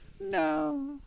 no